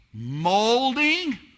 molding